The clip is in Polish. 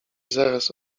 zaraz